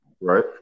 Right